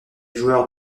joueurs